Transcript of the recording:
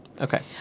Okay